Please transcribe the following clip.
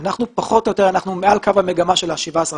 אנחנו פחות או יותר מעל קו המגמה של ה-17 אחוזים.